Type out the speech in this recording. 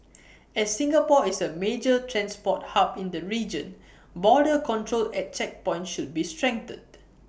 as Singapore is A major transport hub in the region border control at checkpoints should be strengthened